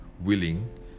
willing